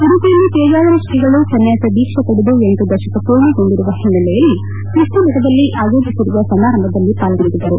ಉಡುಪಿಯಲ್ಲಿ ಪೇಜಾವರ ಶ್ರೀಗಳು ಸನ್ನಾಸ ದೀಕ್ಷೆ ಪಡೆದು ಎಂಟು ದಶಕ ಪೂರ್ಣಗೊಂಡಿರುವ ಓನ್ನೆಲೆಯಲ್ಲಿ ಕೃಷ್ಣಮಠದಲ್ಲಿ ಆಯೋಜಿಸಿರುವ ಸಮಾರಂಭದಲ್ಲಿ ಪಾಲ್ಗೊಂಡಿದ್ದರು